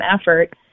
effort